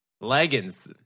Leggings